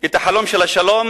את החלום של השלום